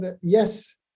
Yes